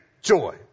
joy